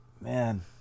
Man